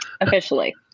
Officially